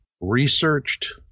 researched